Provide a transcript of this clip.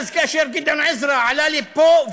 ואז כאשר גדעון עזרא עלה לפה,